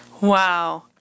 Wow